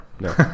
no